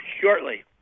shortly